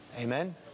Amen